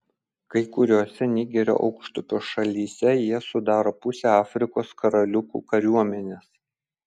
kai kuriose nigerio aukštupio šalyse jie sudaro pusę afrikos karaliukų kariuomenės